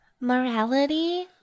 morality